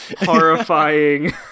horrifying